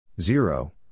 Zero